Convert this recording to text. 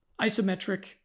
isometric